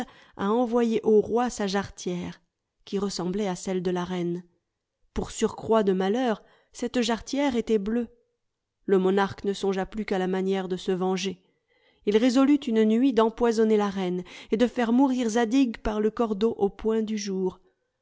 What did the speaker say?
à envoyer au roi sa jarretière qui ressemblait à celle de la reine pour surcroît de malheur cette jarretière était bleue le monarque ne songea plus qu'à la manière de se venger il résolut une nuit d'empoisonner la reine et de faire mourir zadig par le cordeau au point du jour